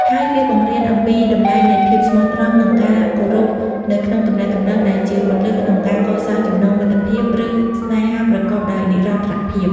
ហើយវាបង្រៀនអំពីតម្លៃនៃភាពស្មោះត្រង់និងការគោរពនៅក្នុងទំនាក់ទំនង ដែលជាគន្លឹះក្នុងការកសាងចំណងមិត្តភាព ឬស្នេហាប្រកបដោយនិរន្តរភាព។